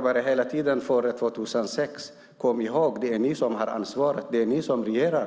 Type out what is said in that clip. bara om tiden före 2006! Nu är det ni som regerar och har ansvaret.